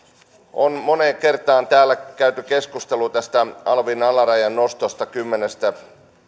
on moneen kertaan täällä käyty keskustelua tästä alvin alarajan nostosta kymmenestä